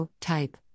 Type